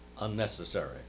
unnecessary